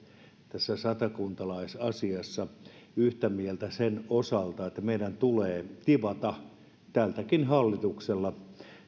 tässä satakuntalaisasiassa yhtä mieltä sen osalta että meidän tulee tivata tältäkin hallitukselta